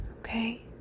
Okay